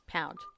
Pound